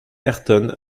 ayrton